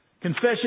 Confession